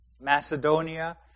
Macedonia